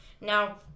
Now